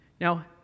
Now